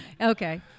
Okay